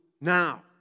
now